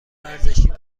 ورزشی